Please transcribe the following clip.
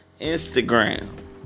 Instagram